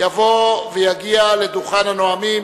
יבוא ויגיע לדוכן הנואמים